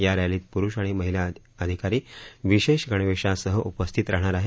या रसीत पुरुष आणि महिला अधिकारी विशेष गणवेशासह उपस्थित राहणार आहेत